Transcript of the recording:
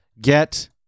Get